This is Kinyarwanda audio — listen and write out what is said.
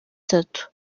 itatu